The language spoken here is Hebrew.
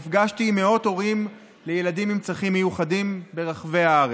נפגשתי עם מאות הורים לילדים עם צרכים מיוחדים ברחבי הארץ.